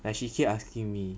like she keep asking me